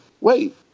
wait